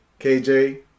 KJ